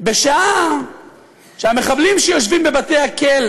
בשעה שהמחבלים שיושבים בבתי-הכלא